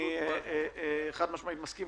אני חד-משמעית מסכים.